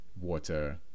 water